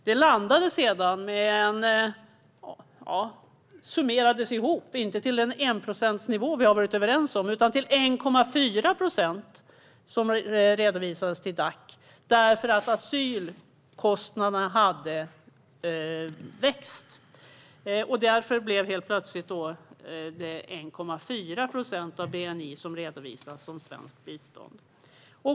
Det summerades sedan ihop, inte till den enprocentsnivå som vi har varit överens om, utan till 1,4 procent, vilket redovisades till Dac. Asylkostnaderna hade ökat, och därför blev det helt plötsligt 1,4 procent av bni som redovisades som svenskt bistånd.